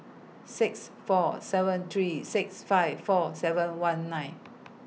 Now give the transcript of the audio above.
six four seven three six five four seven one nine